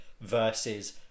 versus